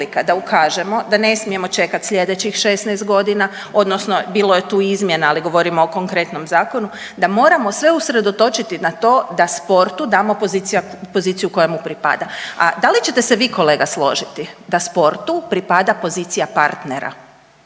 da ukažemo da ne smijemo čekat slijedećih 16.g. odnosno bilo je tu izmjena, ali govorimo o konkretnom zakonu da moramo sve usredotočiti na to da sportu damo poziciju koja mu pripada, a da li ćete se vi kolega složiti da sportu pripada pozicija partnera,